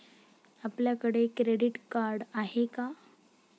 आपल्याकडे credit card आहे का?